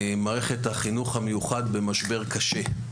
מערכת החינוך המיוחד במשבר קשה.